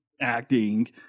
acting